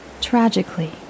tragically